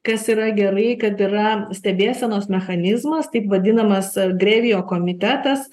kas yra gerai kad yra stebėsenos mechanizmas taip vadinamas drėvio komitetas